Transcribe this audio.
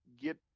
get –